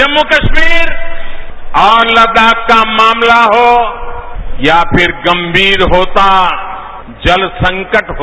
जम्मू कस्मीर और लद्दाख का मामला हो या फिर गंभीर होता जल संकट हो